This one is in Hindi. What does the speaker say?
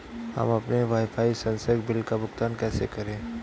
हम अपने वाईफाई संसर्ग बिल का भुगतान कैसे करें?